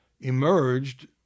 emerged